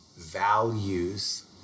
values